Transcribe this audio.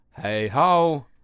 hey-ho